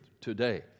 today